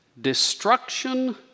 destruction